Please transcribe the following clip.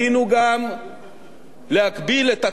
להגביל את הטלת המסים,